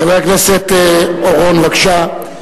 חבר הכנסת אורון, בבקשה.